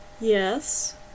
Yes